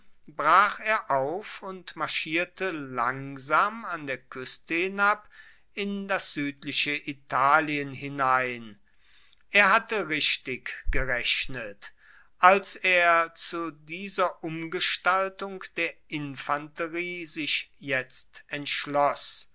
brach er auf und marschierte langsam an der kueste hinab in das suedliche italien hinein er hatte richtig gerechnet als er zu dieser umgestaltung der infanterie sich jetzt entschloss